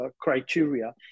criteria